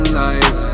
life